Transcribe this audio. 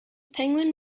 penguin